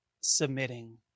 submitting